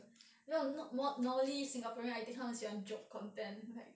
then normally singaporeans I think 他们喜欢 joke content like